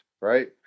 right